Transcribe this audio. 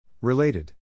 Related